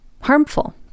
harmful